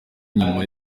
nyuma